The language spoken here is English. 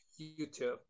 YouTube